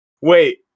Wait